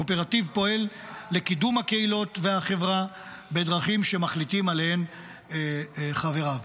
הקואופרטיב פועל לקידום הקהילות והחברה בדרכים שמחליטים עליהן חבריו.